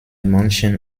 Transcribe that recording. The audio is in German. manchen